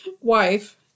Wife